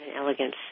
elegance